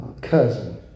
cousin